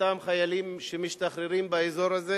לאותם חיילים שמשתחררים באזור הזה,